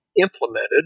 implemented